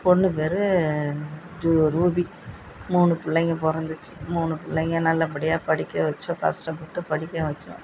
பொண்ணு பேர் ஜூ ரூபி மூணு பிள்ளைங்க பிறந்துச்சி மூணு பிள்ளைங்க நல்லபடியாக படிக்க வைச்சோம் கஷ்டப்பட்டு படிக்க வைச்சோம்